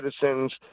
citizens